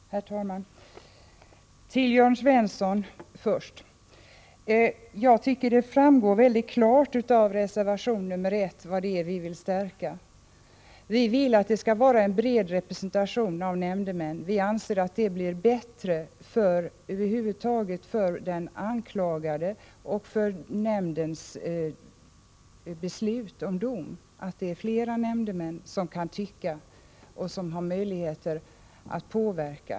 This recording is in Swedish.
Herr talman! Först till Jörn Svensson: Jag tycker att det framgår mycket klart av reservation 1 vad det är vi vill stärka. Vi vill att det skall vara en bred sammansättning av nämndemän. Vi anser att detta blir bättre för den anklagade och för nämndens beslut om dom att det är fler nämndemän som kan tycka och har möjligheter att påverka.